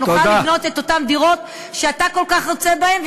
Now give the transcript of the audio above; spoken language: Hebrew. שנוכל לבנות את אותן דירות שאתה כל כך רוצה בהן,